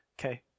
Okay